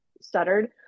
stuttered